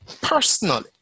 personally